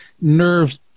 nerves